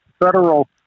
federal